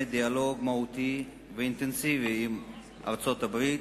דיאלוג מהותי ואינטנסיבי עם ארצות-הברית,